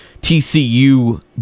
TCU